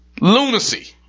Lunacy